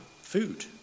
food